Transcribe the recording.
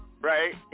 Right